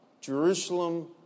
Jerusalem